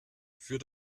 für